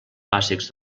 bàsics